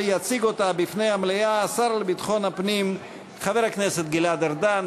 ויציג אותה בפני המליאה השר לביטחון הפנים חבר הכנסת גלעד ארדן.